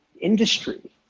industry